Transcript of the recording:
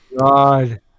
God